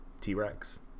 T-Rex